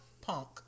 Punk